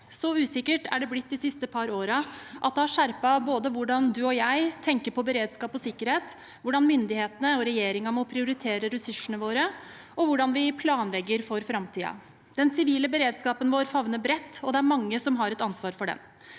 Så usikkert er det blitt de siste par årene at det har skjerpet både hvordan du og jeg tenker på beredskap og sikkerhet, hvordan myndighetene og regjeringen må prioritere ressursene våre, og hvordan vi planlegger for framtiden. Den sivile beredskapen vår favner bredt, og det er mange som har et ansvar for det.